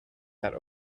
that